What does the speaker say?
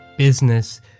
business